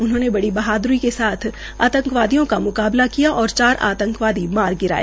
उन्होंने बड़ी बहाद्री के साथ आतंकवादियों का म्काबला किया जिसमें चार आतंकवादी मार गिराए